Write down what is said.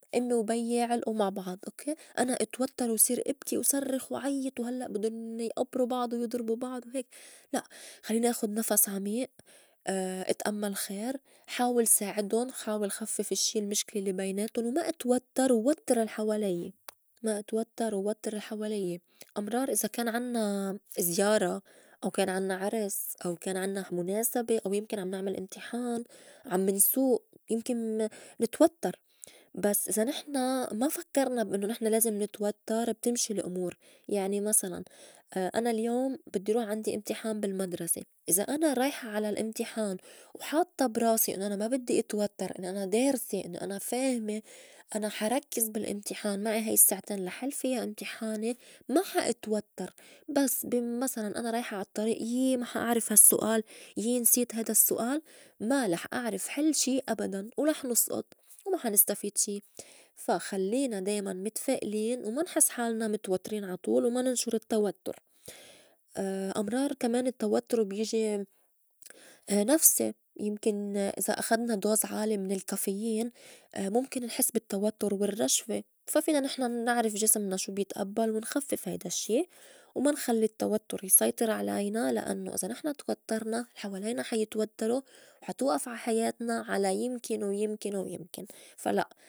إمّي وبي علئو مع بعض أوكّي أنا أتوتّر وصير أبكي وصرّخ وعيّط وهلّأ بدُّن يئبرو بعض ويضربو بعض وهيك لأ خلّينا ناخُد نفس عميئ، أتأمّل خير، حاول ساعدُن حاول خفّف الشّي المشكلة لّي بيناتُن، وما- أتوتّر- وتّر- الحواليّة- ما أتوتّر وتّر الحواليّة، أمرار إذا كان عنّا زيارة، أو كان عنّا عرس، أو كان عنّا مُناسبة، أو يمكن عم نعمل إمتحان، عم نسوئ، يمكن ن- نتوتّر بس إذا نحن ما فكّرنا بإنّو نحن لازم نتوتّر بتمشي الأمور يعني مسلاً أنا اليوم بدّي روح عندي إمتحان بالمدرسة إذا أنا رايحة على الأمتحان وحاطّة براسي إنّو أنا ما بدّي اتوتّر إنّي أنا دارسة إنّي أنا فاهمة أنا حا ركّز بالأمتحان معي هاي السّاعتين لا حل فيا إمتحاني ما حا أتوتّر بس بمسلاً أنا رايحة عالطّريئ يي ما حا أعرف هالسّؤال يي نسيت هيدا السّؤال ما لح أعرف حل شي أبداً ولح نُسئُط وما حا نستفيد شي، فا خلّينا دايماً متفائلين وما نحس حالنا متوترين عطول وما ننشُر التوتُّر، أمرار كمان التوتُّر بيجي نفسي يمكن إذا أخدنا dose عالي من الكافيين مُمكن نحس بالتوتُّر والرّجفة فا فينا نحن نعرف جِسمنا شو بيتئبّل ونخفّف هيدا الشّي وما نخلّي التوتّر يسيطر علينا لأنّو إذا نحن توتّرنا الحوالينا حا يتوتّرو حا توئف عا حياتنا على يمكن- ويمكن- ويمكن فا لأ.